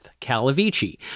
Calavici